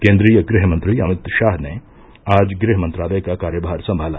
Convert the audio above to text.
केन्द्रीय गृहमंत्री अमित शाह ने आज गृह मंत्रालय का कार्यमार संभाला